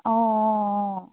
অঁ অঁ অঁ